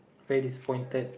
very disappointed